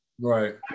right